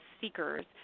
seekers